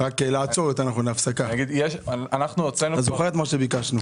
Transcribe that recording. אתה זוכר מה ביקשנו.